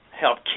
help